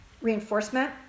reinforcement